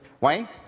Wayne